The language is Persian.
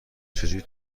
چجوری